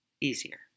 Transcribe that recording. easier